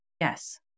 yes